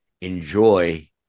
enjoy